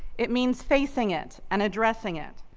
it means facing it and addressing it.